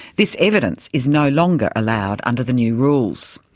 this evidence is no longer allowed under the new rules,